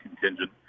contingent